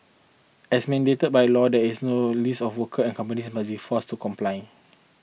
as mandated by law there has no list of workers and companies must be forced to comply